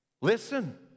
Listen